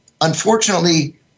unfortunately